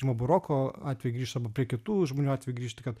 rimo buroko atvejo grįžt arba prie kitų žmonių atvejų grįžti kad